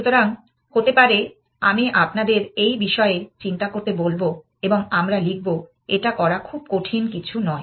সুতরাং হতে পারে আমি আপনাদের এই বিষয়ে চিন্তা করতে বলব এবং আমরা লিখব এটা করা খুব কঠিন কিছু নয়